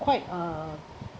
quite uh